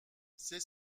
c’est